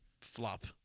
flop